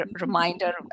reminder